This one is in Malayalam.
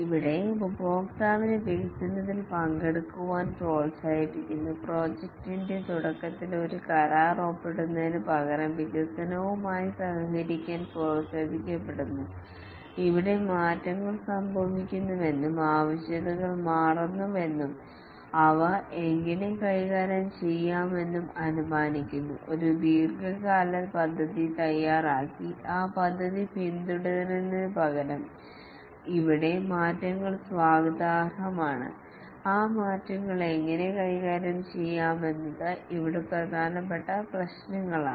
ഇവിടെ ഉപഭോക്താവിനെ വികസനത്തിൽ പങ്കെടുക്കാൻ പ്രോത്സാഹിപ്പിക്കുന്നു പ്രോജക്റ്റിന്റെ തുടക്കത്തിൽ ഒരു കരാർ ഒപ്പിടുന്നതിനുപകരം വികസനവുമായി സഹകരിക്കാൻ പ്രോത്സാഹിപ്പിക്കപ്പെടുന്നു ഇവിടെ മാറ്റങ്ങൾ സംഭവിക്കുമെന്നും ആവശ്യകതകൾ മാറുമെന്നും അവ എങ്ങനെ കൈകാര്യം ചെയ്യാമെന്നും അനുമാനിക്കുന്നു ഒരു ദീർഘകാല പദ്ധതി തയ്യാറാക്കി ആ പദ്ധതി പിന്തുടരുന്നതിനുപകരം ഇവിടെ മാറ്റങ്ങൾ സ്വാഗതാർഹമാണ് ആ മാറ്റങ്ങൾ എങ്ങനെ കൈകാര്യം ചെയ്യാമെന്നത് ഇവിടെ പ്രധാനപ്പെട്ട പ്രശ്നങ്ങളാണ്